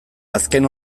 azken